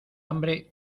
hambre